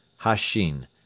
Hashin